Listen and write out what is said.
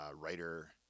writer